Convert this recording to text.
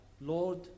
Lord